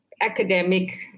academic